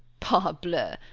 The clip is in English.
parbleu!